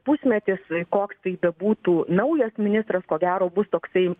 pusmetis koks tai bebūtų naujas ministras ko gero bus toksai